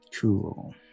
Cool